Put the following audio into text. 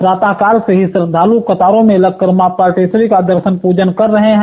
प्रातः काल से ही श्रद्धालु कतारों में लगकर मां पाटेश्वरी का दर्शन पूजन कर रहे हैं